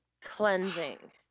cleansing